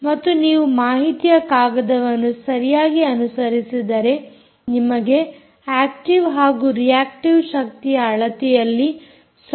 ಮತ್ತು ನೀವು ಮಾಹಿತಿಯ ಕಾಗದವನ್ನು ಸರಿಯಾಗಿ ಅನುಸರಿಸಿದರೆ ನಿಮಗೆ ಆಕ್ಟೀವ್ ಹಾಗೂ ರಿಯಾಕ್ಟಿವ್ ಶಕ್ತಿಯ ಅಳತೆಯಲ್ಲಿ 0